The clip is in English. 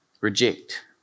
reject